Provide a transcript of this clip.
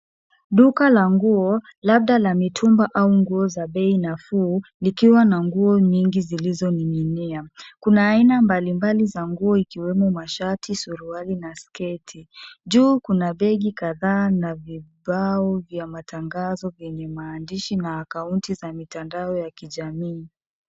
Duka la nguo labda za mitumba au nguo za bei nafuu ikiwa na nguo nyingi zilizoning'inia. Kuna aina mbalimbali za nguo ikiwemo mashati, suruali na sketi. Juu kuna begi kadhaa na vibao vya matangazo vyenye maandishi na akaunti za mitandao za kijamii.